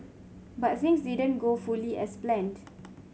but things didn't go fully as planned